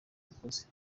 ubikoze